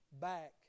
back